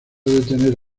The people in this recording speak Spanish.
detener